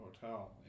hotel